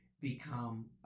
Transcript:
become